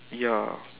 ya